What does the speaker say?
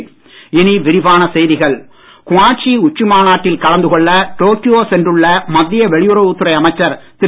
வெளியுறவு குவாட் உச்சி மாநாட்டில் கலந்து கொள்ள டோக்கியோ சென்றுள்ள மத்திய வெளியுறவுத் துறை அமைச்சர் திரு